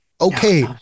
okay